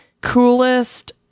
coolest